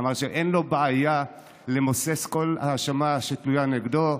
אמר שאין לו בעיה למוסס כל האשמה שתלויה נגדו.